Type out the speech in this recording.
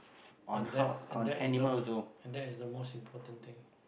and that and that is the and that is the most important thing